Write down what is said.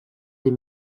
des